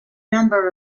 number